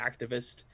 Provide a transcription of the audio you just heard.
activist